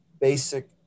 basic